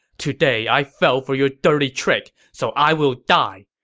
today, i fell for your dirty trick, so i will die.